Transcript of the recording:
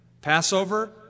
Passover